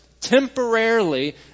temporarily